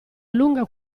lunga